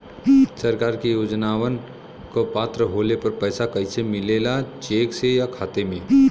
सरकार के योजनावन क पात्र होले पर पैसा कइसे मिले ला चेक से या खाता मे?